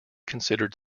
considered